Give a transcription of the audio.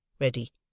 ready